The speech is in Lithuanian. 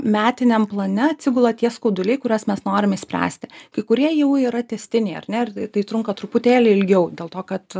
metiniam plane atsigula tie skauduliai kuriuos mes norim išspręsti kai kurie jau yra tęstiniai ar ne ir tai tai trunka truputėlį ilgiau dėl to kad